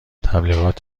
تبلیغات